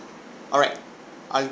alright I'll